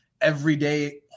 everyday